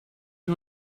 you